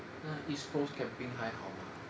那 east coast camping 还好吗